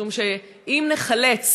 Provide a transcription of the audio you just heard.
משום שאם נחלץ